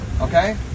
Okay